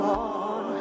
on